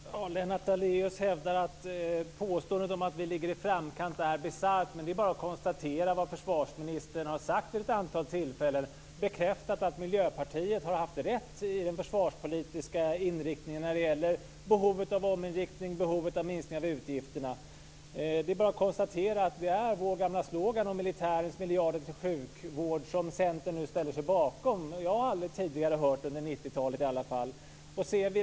Herr talman! Lennart Daléus hävdar att påståendet att vi ligger i framkant är bisarrt. Det är bara att konstatera vad försvarsministern har sagt vid ett antal tillfällen. Han har bekräftat att Miljöpartiet har haft rätt i den försvarspolitiska inriktningen när det gäller behovet av en ominriktning och behovet av en minskning av utgifterna. Det är bara att konstatera att det är vår gamla slogan om militärens miljarder till sjukvården som Centern nu ställer sig bakom. Jag har aldrig tidigare under 1990-talet hört det.